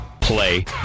play